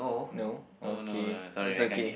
no okay it's okay